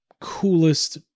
coolest